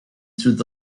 through